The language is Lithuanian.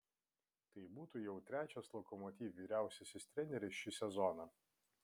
tai būtų jau trečias lokomotiv vyriausiasis treneris šį sezoną